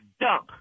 dump